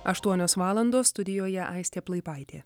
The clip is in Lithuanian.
aštuonios valandos studijoje aistė plaipaitė